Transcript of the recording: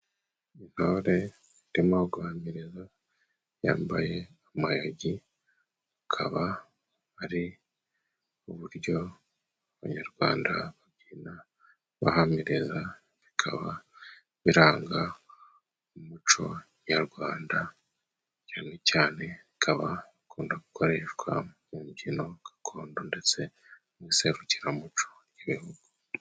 Intore irimo guhamiriza yambaye amayugi, akaba ari uburyo abanyarwanda babyina bahamiriza, bikaba biranga umuco nyarwanda, cyane cyane bikaba bikunda gukoreshwa mu mbyino gakondo ndetse n'iserukiramuco ry'ibihugu.